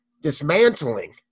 dismantling